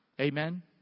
Amen